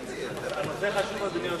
הנושא חשוב, אדוני היושב-ראש,